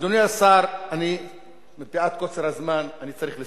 אדוני השר, מפאת קוצר הזמן אני צריך לסיים.